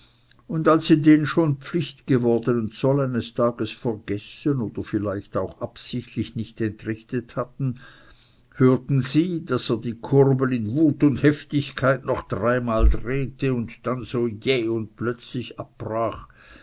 und als sie den schon pflicht gewordenen zoll eines tages vergessen oder vielleicht auch absichtlich nicht entrichtet hatten hörten sie daß er die kurbel in wut und heftigkeit noch dreimal drehte und dann so jäh und plötzlich abbrach